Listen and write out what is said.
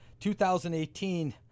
2018